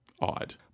odd